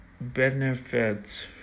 benefits